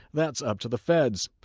that's up to the feds.